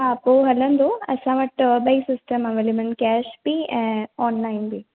हा पोइ हलंदो असां वटि ॿई सिस्टम अवैलेबल आहिनि कैश बि ऐं ऑनलाइन बि